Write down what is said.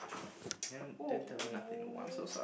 oh